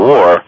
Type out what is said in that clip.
War